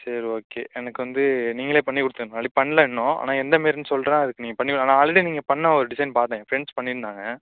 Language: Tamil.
சரி ஓகே எனக்கு வந்து நீங்கள் பண்ணி கொடுத்துருங்க அப்படி பண்ணல இன்னும் ஆனால் எந்தமேர்ன்னு சொல்கிறேன் அதுக்கு நீங்கள் பண்ணி கொடுங்க ஆனால் ஆல்ரெடி நீங்கள் பண்ணிண ஒரு டிசைன் பார்த்தேன் என் ஃப்ரெண்ட்ஸ் பண்ணியிருந்தாங்க